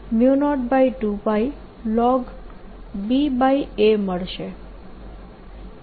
તેથી મને L02πln મળશે